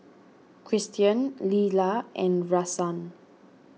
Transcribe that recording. Christian Leyla and Rahsaan